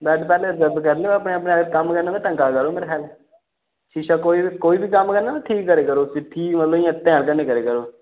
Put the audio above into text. में आक्खेआ पैह्लें गै सैट्ट करी लैओ अपना अपना अगर कम्म करना तां ढंगा करो मेरे ख्याल शीशा कोई बी कोई बी कम्म करना ठीक करै करो ठीक मतलब इ'यां ध्यान कन्नै करै करो